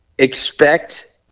Expect